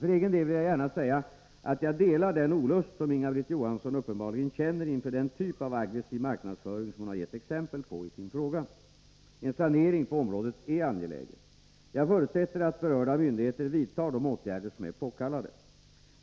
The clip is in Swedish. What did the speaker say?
För egen del vill jag gärna säga att jag delar den olust som Inga-Britt Johansson uppenbarligen känner inför den typ av aggressiv marknadsföring som hon har givit exempel på i sin fråga. En sanering på området är angelägen. Jag förutsätter att berörda myndigheter vidtar de åtgärder som är påkallade.